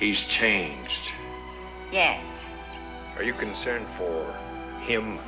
he's changed yes are you concerned for him